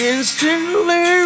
Instantly